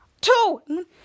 two